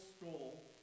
school